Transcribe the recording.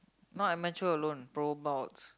no I mature alone pro bouts